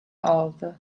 aldı